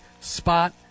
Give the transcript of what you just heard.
spot